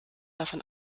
davon